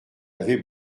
avait